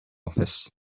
office